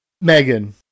megan